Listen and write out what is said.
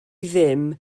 ddim